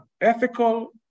ethical